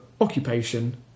occupation